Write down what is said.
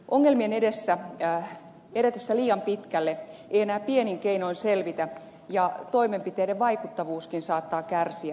ongelmien edetessä liian pitkälle ei enää pienin keinoin selvitä ja toimenpiteiden vaikuttavuuskin saattaa kärsiä